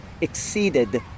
exceeded